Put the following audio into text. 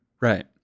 Right